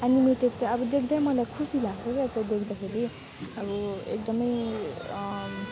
animated त्यो अब देख्दै मलाई खुसी लाग्छ क्या त्यो देख्दाखेरि अब एकदमै